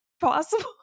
possible